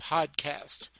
Podcast